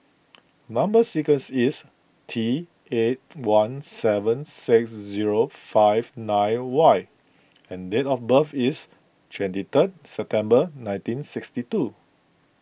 Number Sequence is T eight one seven six zero five nine Y and date of birth is twenty third September nineteen sixty two